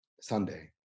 Sunday